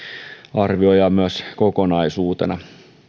arvioidaan myös kokonaisuutena